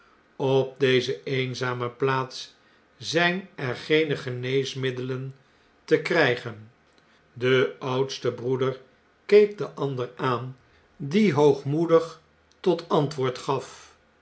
op deze eenzame plaats zjjn er geene geneesmiddelen te kriigen de oudste broeder keek den ander aan die hoogmoedig tot antwoord gaf